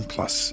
Plus